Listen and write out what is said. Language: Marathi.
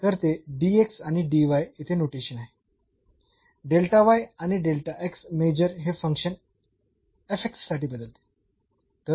तर ते आणि येथे नोटेशन आहे आणि मेझर हे फंक्शन साठी बदलते